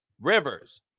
Rivers